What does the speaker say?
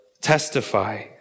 testify